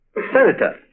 Senator